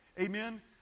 amen